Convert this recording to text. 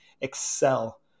excel